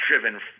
driven